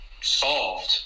solved